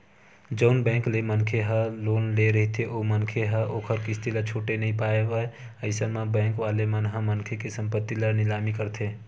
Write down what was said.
जउन बेंक ले मनखे ह लोन ले रहिथे ओ मनखे ह ओखर किस्ती ल छूटे नइ पावय अइसन म बेंक वाले मन ह मनखे के संपत्ति निलामी करथे